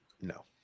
no